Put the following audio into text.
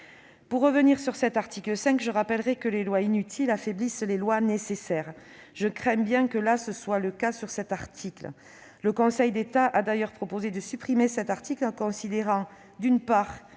Pour revenir sur cet article 5, je rappellerai que les lois inutiles affaiblissent les lois nécessaires. Je crains bien que, là, ce soit le cas. Le Conseil d'État a d'ailleurs proposé de supprimer cet article, considérant, d'une part,